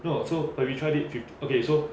no so when we tried it with fift~ okay so